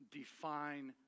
define